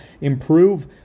improve